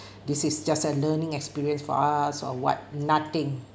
this is just a learning experience for us or what nothing